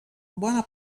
bona